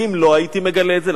ואם לא הייתי מגלה את זה?